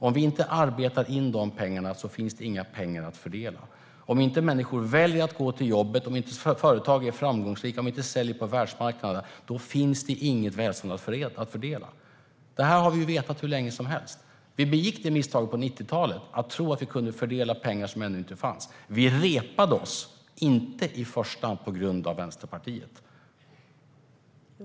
Om vi inte arbetar in pengarna finns det inga pengar att fördela. Om inte människor väljer att gå till jobbet, om inte företagen är framgångsrika, om vi inte säljer på världsmarknaden, då finns det inget välstånd att fördela. Det har vi vetat hur länge som helst. Vi begick misstaget på 90-talet när vi trodde att vi kunde fördela pengar som ännu inte fanns. Vi repade oss men inte i första hand på grund av Vänsterpartiet.